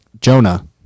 Jonah